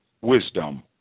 wisdom